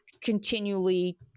continually